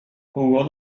jugó